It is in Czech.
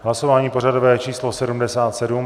Hlasování pořadové číslo 77.